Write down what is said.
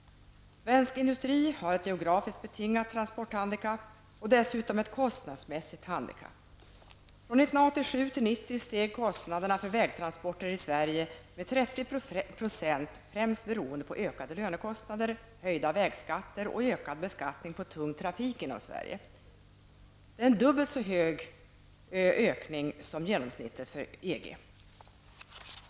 Svensk industri har ett geografiskt betingat transporthandikapp och dessutom ett kostnadsmässigt handikapp. Från 1987 till 1990 steg kostnaderna för vägtransporter i Sverige med 30 %, främst beroende på ökade lönekostnader, höjda vägskatter och ökad beskattning på tung trafik inom Sverige. Ökningen är dubbelt så hög som genomsnittet för EG.